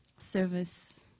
service